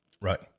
Right